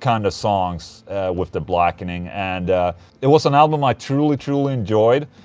kind of songs with the blackening and it was an album i truly truly enjoyed